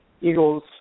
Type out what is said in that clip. Eagles